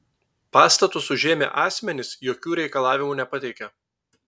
pastatus užėmę asmenys jokių reikalavimų nepateikė